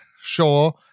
sure